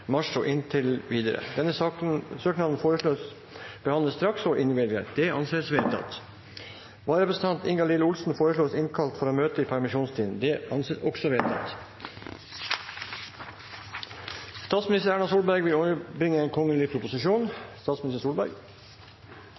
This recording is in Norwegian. mars og inntil videre. Denne søknaden foreslås behandlet straks og innvilget. – Det anses vedtatt. Vararepresentanten Ingalill Olsen foreslås innkalt for å møte i permisjonstiden. – Det anses også vedtatt. Representanten Marit Arnstad vil